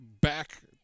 back